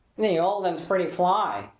the old un's pretty fly!